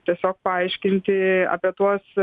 tiesiog paaiškinti apie tuos